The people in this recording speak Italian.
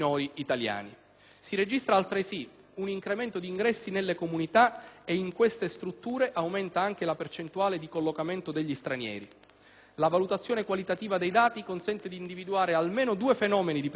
Si registra, altresì, un incremento d'ingressi nelle comunità e in queste strutture aumenta anche la percentuale di collocamento degli stranieri. La valutazione qualitativa dei dati consente di individuare almeno due fenomeni di peculiare gravità: